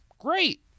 Great